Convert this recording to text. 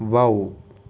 wow